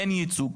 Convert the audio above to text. אין ייצוג.